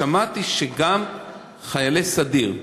שמעתי שגם חיילי סדיר,